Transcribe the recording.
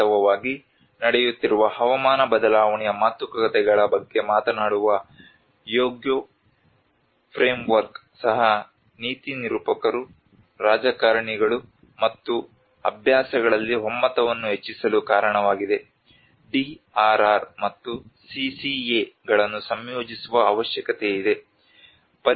ವಾಸ್ತವವಾಗಿ ನಡೆಯುತ್ತಿರುವ ಹವಾಮಾನ ಬದಲಾವಣೆಯ ಮಾತುಕತೆಗಳ ಬಗ್ಗೆ ಮಾತನಾಡುವ ಹ್ಯೋಗೊ ಫ್ರಮೇವರ್ಕ್ ಸಹ ನೀತಿ ನಿರೂಪಕರು ರಾಜಕಾರಣಿಗಳು ಮತ್ತು ಅಭ್ಯಾಸಗಳಲ್ಲಿ ಒಮ್ಮತವನ್ನು ಹೆಚ್ಚಿಸಲು ಕಾರಣವಾಗಿದೆ DRR ಮತ್ತು CCA ಗಳನ್ನು ಸಂಯೋಜಿಸುವ ಅವಶ್ಯಕತೆಯಿದೆ